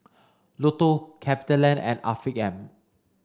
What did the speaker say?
Lotto CapitaLand and Afiq M